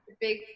big